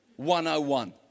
101